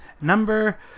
Number